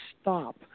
Stop